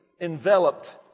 enveloped